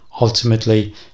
Ultimately